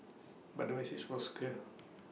but the message was clear